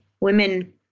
women